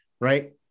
right